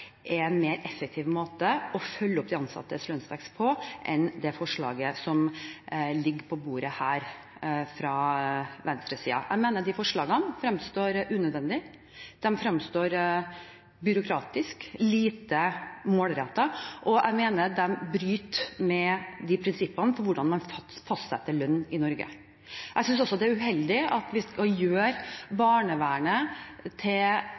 en mer effektiv måte å følge opp de ansattes lønnsvekst på enn de forslagene fra venstresiden som ligger på bordet her. Jeg mener de forslagene fremstår som unødvendige. De fremstår som byråkratiske og lite målrettede, og jeg mener de bryter med prinsippene for hvordan man fastsetter lønn i Norge. Jeg synes også det er uheldig at barnevernet skal